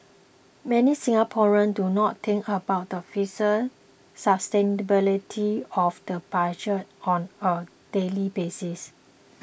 many Singaporeans do not think about the fiscal sustainability of the budget on a daily basis